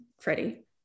Freddie